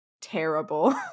terrible